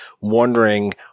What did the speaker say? wondering